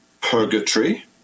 purgatory